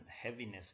heaviness